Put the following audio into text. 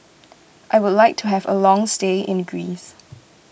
I would like to have a long stay in Greece